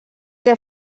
que